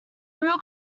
real